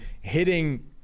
hitting